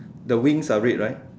the wings are red right